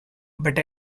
but